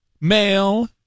male